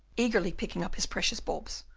eagerly picking up his precious bulbs,